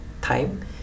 time